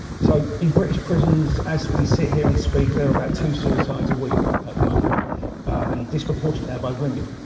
so in british prisons as we sit here and speak, there are about two suicides a week at the moment and disproportionate of that by women.